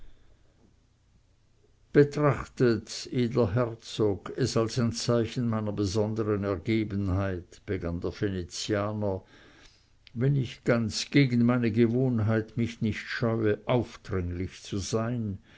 betrachtet edler herzog es als ein zeichen meiner besondern ergebenheit begann der venezianer wenn ich ganz gegen meine gewohnheit mich nicht scheue aufdringlich zu sein